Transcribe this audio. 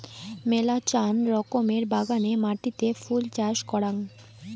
মেলাচান রকমের বাগানের মাটিতে ফুল চাষ করাং